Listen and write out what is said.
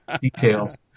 details